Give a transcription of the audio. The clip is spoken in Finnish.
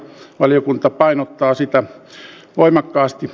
valiokunta painottaa sitä voimakkaasti